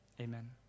amen